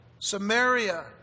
Samaria